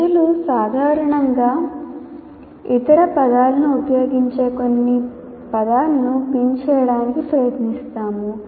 ప్రజలు సాధారణంగా ఇతర పదాలను ఉపయోగించే కొన్ని పదాలను పిన్ చేయడానికి ప్రయత్నిస్తాము